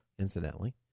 incidentally